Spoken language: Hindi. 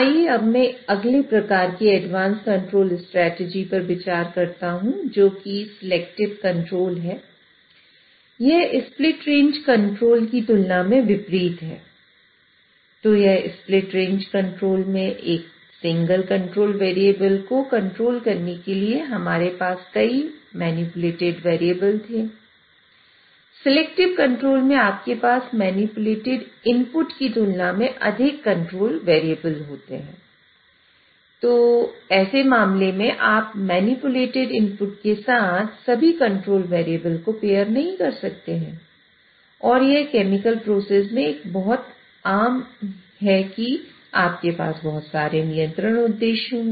आइए अब मैं अगले प्रकार की एडवांस कंट्रोल स्ट्रेटजी पर विचार करता हूं जो कि सिलेक्टिव कंट्रोल नहीं सकते हैं और यह केमिकल प्रोसेस में बहुत आम है कि आपके पास बहुत सारे नियंत्रण उद्देश्य हो